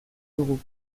dugu